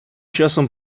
часом